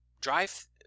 Drive